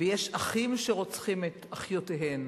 ויש אחים שרוצחים את אחיותיהם,